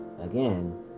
Again